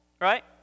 right